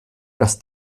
dass